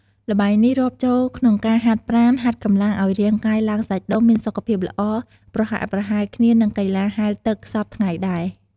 ល្បែងនេះ រាប់ចូលក្នុងការហាត់ប្រាណ ហាត់កម្លាំងឲ្យរាងកាយឡើងសាច់ដុំមានសុខភាពល្អ ប្រហាក់ប្រហែលគ្នានឹងកីឡាហែលទឹកសព្វថ្ងៃនេះដែរ។